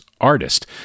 artist